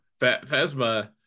Phasma